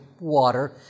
water